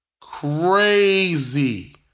crazy